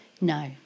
No